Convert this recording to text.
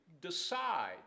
decide